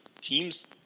teams